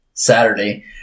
Saturday